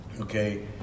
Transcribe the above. Okay